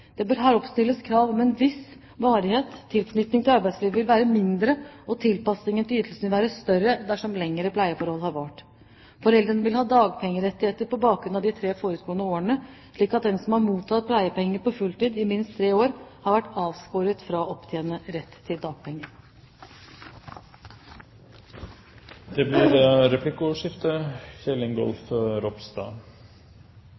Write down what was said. Det bør her oppstilles krav om en viss varighet, tilknytningen til arbeidslivet vil være mindre og tilpasningen til ytelse vil være større desto lenger pleieforholdet har vart. Foreldrene vil ha dagpengerettigheter på bakgrunn av de tre forutgående årene, slik at den som har mottatt pleiepenger på fulltid i minst tre år, har vært avskåret fra å opptjene rett til dagpenger. Det blir replikkordskifte.